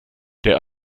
der